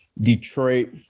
Detroit